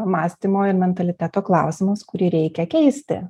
mąstymo ir mentaliteto klausimas kurį reikia keisti